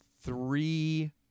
three